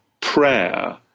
prayer